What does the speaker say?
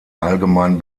allgemein